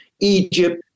Egypt